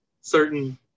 certain